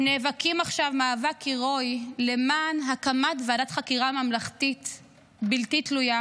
נאבקים עכשיו מאבק הירואי למען הקמת ועדת חקירה ממלכתית בלתי תלויה,